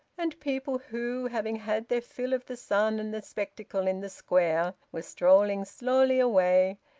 and people who, having had their fill of the sun and the spectacle in the square, were strolling slowly away,